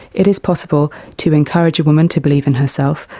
it is possible to encourage a woman to believe in herself,